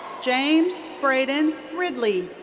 james brayden ridley.